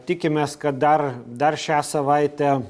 tikimės kad dar dar šią savaitę